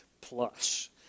plus